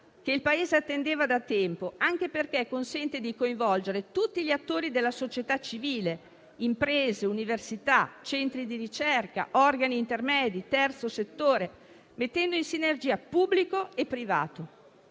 che il Paese attendeva da tempo, anche perché consente di coinvolgere tutti gli attori della società civile (imprese, università, centri di ricerca, organi intermedi, terzo settore), mettendo in sinergia pubblico e privato.